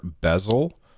bezel